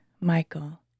Michael